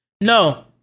No